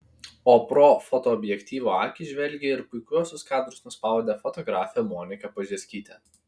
o pro fotoobjektyvo akį žvelgė ir puikiuosius kadrus nuspaudė fotografė monika požerskytė